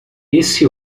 esse